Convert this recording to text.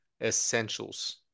essentials